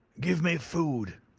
give me food,